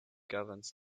governs